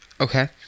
Okay